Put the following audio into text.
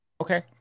okay